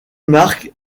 marques